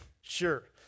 Sure